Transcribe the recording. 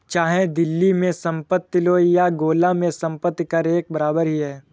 चाहे दिल्ली में संपत्ति लो या गोला में संपत्ति कर एक बराबर ही है